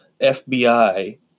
FBI